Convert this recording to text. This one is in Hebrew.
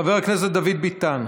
חבר הכנסת דוד ביטן.